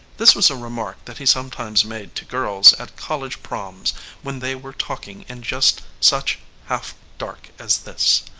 this was a remark that he sometimes made to girls at college proms when they were talking in just such half dark as this.